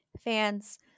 fans